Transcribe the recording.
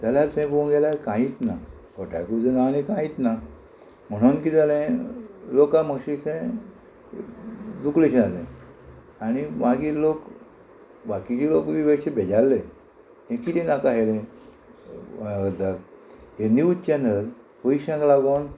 जाल्यार थंय पोवंक गेल्यार कांयच ना गोट्याक उजो ना आनी कांयच ना म्हणून किदें जालें लोकांक मातशें तें दुखलेंशें जालें आनी मागीर लोक बाकीचे लोक बी बेश्टे भेजारले हे किदें नाका आहलें म्हळ्यार निव्ज चॅनल पयश्यांक लागोन